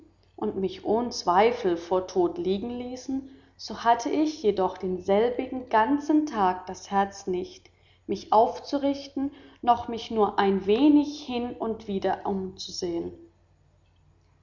und mich ohn zweifel vor tot liegen ließen so hatte ich jedoch denselbigen ganzen tag das herz nicht mich aufzurichten noch mich nur ein wenig hin und wieder umbzusehen